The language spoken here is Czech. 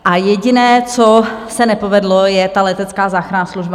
A jediné, co se nepovedlo, je ta letecká záchranná služba.